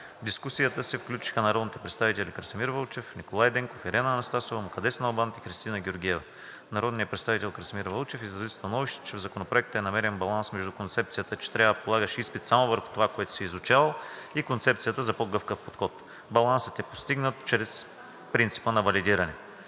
В дискусията се включиха народните представители Красимир Вълчев, Николай Денков, Ирена Анастасова, Мукаддес Налбант и Христина Георгиева. Народният представител Красимир Вълчев изрази становище, че в Законопроекта е намерен баланс между концепцията, че трябва да полагаш изпит само върху това, което си изучавал, и концепцията за по-гъвкав подход. Балансът е постигнат чрез принципа на валидиране.